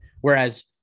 whereas